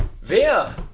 Wer